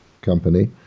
company